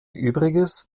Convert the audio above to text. übriges